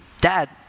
dad